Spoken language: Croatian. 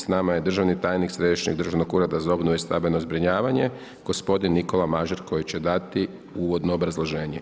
S nama je državni tajnik središnjeg državnog ureda za obnovu i stambeno zbrinjavanje gospodin Nikola Mažar koji će dati uvodno obrazloženje.